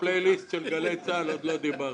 על הפליליסט של גלי צה"ל עוד לא דיברת,